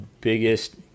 biggest